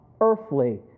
earthly